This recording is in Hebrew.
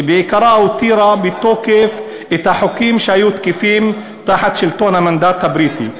שבעיקרה הותירה בתוקף את החוקים שהיו תקפים תחת שלטון המנדט הבריטי,